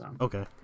Okay